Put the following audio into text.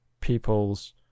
people's